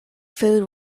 food